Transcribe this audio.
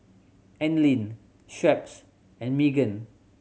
Anlene Schweppes and Megan